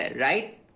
Right